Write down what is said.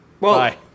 Bye